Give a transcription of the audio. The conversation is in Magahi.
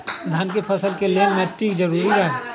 धान के फसल के लेल कौन मिट्टी जरूरी है?